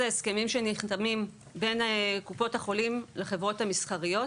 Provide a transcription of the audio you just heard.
אלה הסכמים שנחתמים בין קופות החולים לחברות המסחריות.